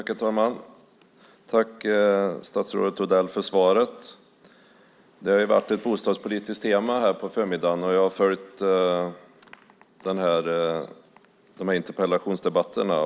Herr talman! Tack, statsrådet Odell, för svaret! Det har varit ett bostadspolitiskt tema här på förmiddagen, och jag har följt interpellationsdebatterna.